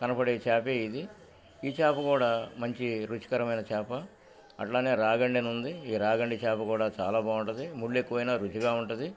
కనపడే చపే ఇది ఈ చాప కూడా మంచి రుచికరమైన చాప అట్లానే రాగడి నుంది ఈ రాగండి చాప కూడా చాలా బాగుంటది ముళ్లు ఎక్కువైనా రుచిగా ఉంటది